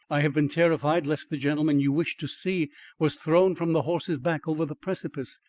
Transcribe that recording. i have been terrified lest the gentleman you wish to see was thrown from the horse's back over the precipice.